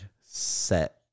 set